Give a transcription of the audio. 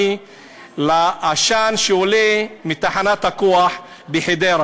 של העשן שעולה מתחנת הכוח בחדרה,